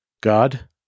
God